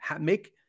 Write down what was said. make